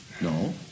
No